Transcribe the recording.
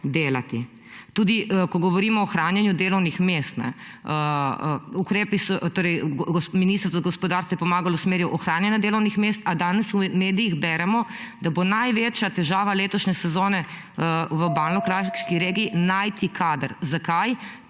delati. Tudi ko govorimo o ohranjanju delovnih mest, ministrstvo za gospodarstvo je pomagalo v smeri ohranjanja delovnih mest, a danes v medijih beremo, da bo največja težava letošnje sezone v Obalno-kraški regiji najti kader. Zakaj?